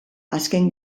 azken